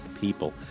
People